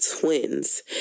twins